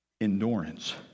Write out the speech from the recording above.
Endurance